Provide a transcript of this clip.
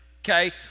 okay